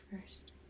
first